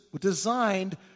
designed